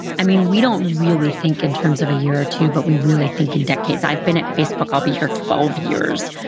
i mean we don't really think in terms of a year or two, but we really think in decades. i've been at facebook, i'll be here twelve years.